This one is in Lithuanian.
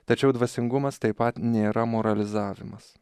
tačiau dvasingumas taip pat nėra moralizavimas